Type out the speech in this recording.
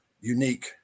unique